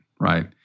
right